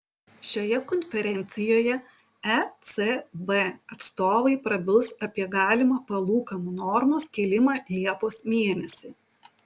šioje konferencijoje ecb atstovai prabils apie galimą palūkanų normos kėlimą liepos mėnesį